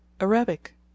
Arabic